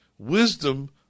Wisdom